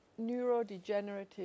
neurodegenerative